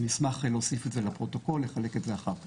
אני אשמח להוסיף את זה לפרוטוקול ולחלק את זה אחר כך.